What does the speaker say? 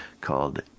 called